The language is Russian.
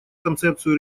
концепцию